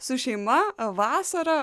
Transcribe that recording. su šeima vasarą